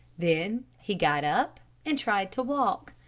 then he got up and tried to walk.